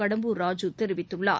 கடம்பூர் ராஜூ தெரிவித்துள்ளார்